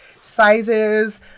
sizes